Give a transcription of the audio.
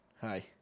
Hi